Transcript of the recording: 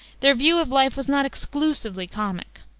their view of life was not exclusively comic.